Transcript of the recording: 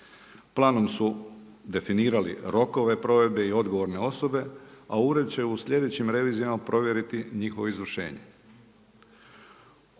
Planom su definirali rokove provedbe i odgovorne osobe, a ured će u sljedećim revizijama provjeriti njihovo izvršenje.